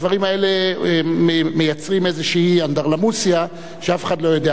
הדברים האלה מייצרים איזו אנדרלמוסיה שאף אחד לא יודע.